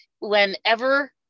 whenever